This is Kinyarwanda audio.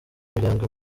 umuryango